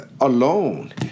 alone